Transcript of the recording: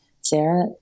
Sarah